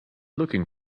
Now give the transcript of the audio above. looking